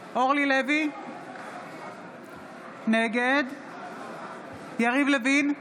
אורלי לוי אבקסיס, נגד יריב לוין,